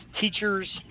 teachers